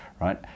right